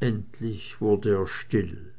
endlich wurde er still